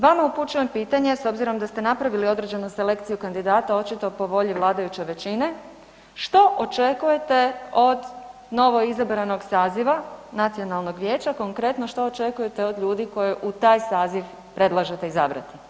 Vama upućujem pitanje s obzirom da ste napravili određenu selekciju kandidata, očito po volji vladajuće većine, što očekujete od novoizabranog saziva Nacionalnog vijeća, konkretno što očekujete od ljudi koji u taj saziv predlažete izabrati?